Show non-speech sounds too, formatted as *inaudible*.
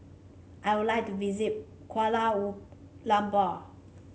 I would like to visit Kuala *unintelligible* Lumpur